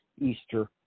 Easter